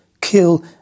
kill